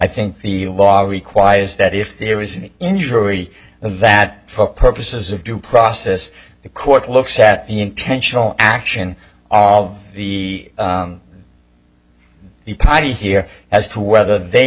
think the law requires that if there is an injury that for purposes of due process the court looks at the intentional action of the party here as to whether they